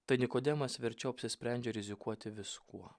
tai nikodemas verčiau apsisprendžia rizikuoti viskuo